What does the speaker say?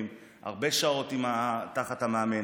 הרבה שעות תחת המאמן,